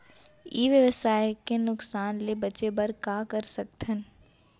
ई व्यवसाय के नुक़सान ले बचे बर का कर सकथन?